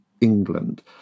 England